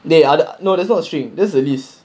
they are no that's not string that's the list